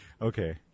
okay